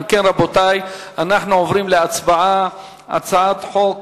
אם כן, אנחנו עוברים להצבעה על הצעת חוק